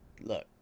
Look